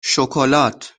شکلات